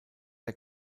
der